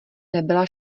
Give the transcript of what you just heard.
nebyla